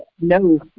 No